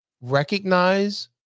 recognize